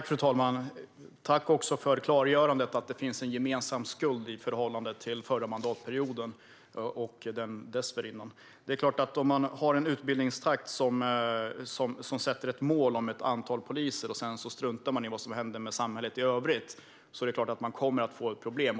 Fru talman! Tack för klargörandet att det finns en gemensam skuld i förhållande till förra mandatperioden och dessförinnan! Om man har en utbildningstakt som sätter ett mål om ett antal poliser och sedan struntar i vad som händer med samhället i övrigt är det klart att man kommer att få problem.